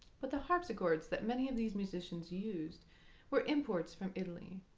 but the harpsichords that many of these musicians used were imports from italy.